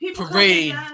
parade